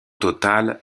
total